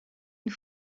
une